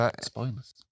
Spoilers